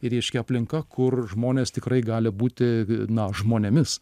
ir reiškias aplinka kur žmonės tikrai gali būti na žmonėmis